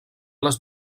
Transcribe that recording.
les